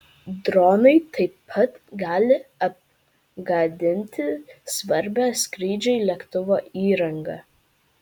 dronai taip pat gali apgadinti svarbią skrydžiui lėktuvo įrangą